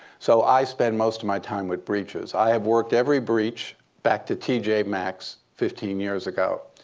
so i spend most of my time with breeches. i have worked every breech back to to tj maxx fifteen years ago.